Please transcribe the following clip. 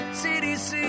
cdc